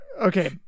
Okay